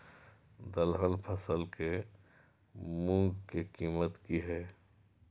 दलहन फसल के मूँग के कीमत की हय?